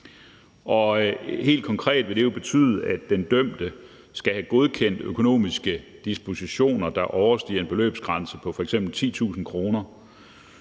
helt konkret vil det betyde, at den dømte skal have godkendt økonomiske dispositioner, der overstiger en beløbsgrænse på f.eks. 10.000 kr.